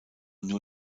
nur